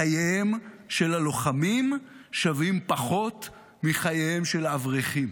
חייהם של הלוחמים שווים פחות מחייהם של האברכים.